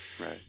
Right